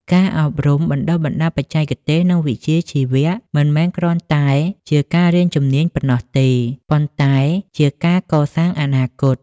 ការអប់រំបណ្ដុះបណ្ដាលបច្ចេកទេស និងវិជ្ជាជីវៈ មិនមែនគ្រាន់តែជាការរៀនជំនាញប៉ុណ្ណោះទេ ប៉ុន្តែជាការកសាងអនាគត។